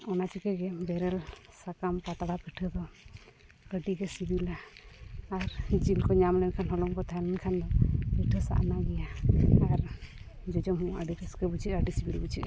ᱚᱱᱟ ᱪᱤᱠᱟᱹᱜᱮ ᱵᱮᱨᱮᱞ ᱥᱟᱠᱟᱢ ᱯᱟᱛᱲᱟ ᱯᱤᱴᱷᱟᱹ ᱫᱚ ᱟᱹᱰᱤᱜᱮ ᱥᱤᱵᱤᱞᱟ ᱟᱨ ᱡᱤᱞ ᱠᱚ ᱧᱟᱢ ᱞᱮᱱᱠᱷᱟᱱ ᱦᱚᱞᱚᱝ ᱠᱚ ᱛᱟᱦᱮᱸ ᱞᱮᱱᱠᱷᱟᱱ ᱫᱚ ᱯᱤᱴᱷᱟᱹ ᱟᱨ ᱡᱚᱡᱚᱢ ᱦᱚᱸ ᱟᱹᱰᱤ ᱨᱟᱹᱥᱠᱟᱹ ᱵᱩᱡᱷᱟᱹᱜᱼᱟ ᱟᱹᱰᱤ ᱥᱤᱵᱤᱞ ᱵᱩᱡᱷᱟᱹᱜᱼᱟ